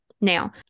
Now